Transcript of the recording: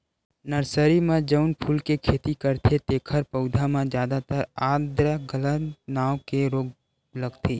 nursery म जउन फूल के खेती करथे तेखर पउधा म जादातर आद्र गलन नांव के रोग लगथे